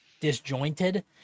disjointed